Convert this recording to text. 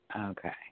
Okay